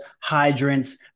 hydrants